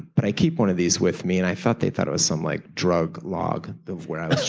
but i keep one of these with me and i thought they thought it was some like drug log of where i was